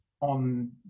on